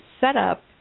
setup